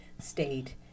state